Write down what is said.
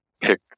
pick